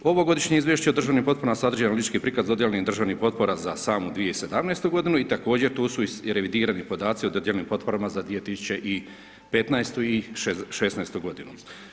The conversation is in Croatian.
Ovogodišnje Izvješće o državnim potporama sadrži analitički prikaz dodijeljenih državnih potpora za samu 2017. godinu i također tu su i revidirani podaci o dodijeljenim potporama za 2015. i 2016. godinu.